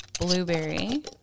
blueberry